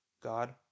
God